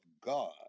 God